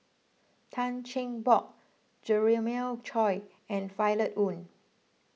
Tan Cheng Bock Jeremiah Choy and Violet Oon